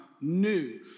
new